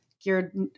geared